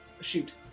Shoot